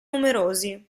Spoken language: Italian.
numerosi